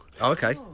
Okay